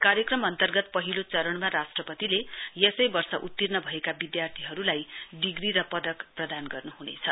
कार्यक्रम अन्तर्गत पहिलो चरणमा राष्ट्रपतिले यसै वर्ष उत्तीर्ण भएका विद्यार्थीहरूलाई डिग्री र पदक प्रदान गर्नुहुनेछ